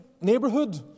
neighborhood